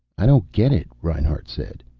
i don't get it, reinhart said.